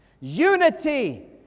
unity